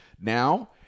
now